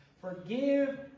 Forgive